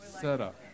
setup